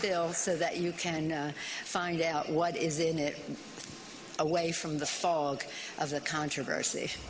bill so that you can find out what is it away from the as a controversy